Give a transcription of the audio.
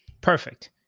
Perfect